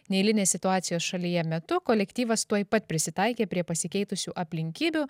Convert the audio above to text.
neeilinės situacijos šalyje metu kolektyvas tuoj pat prisitaikė prie pasikeitusių aplinkybių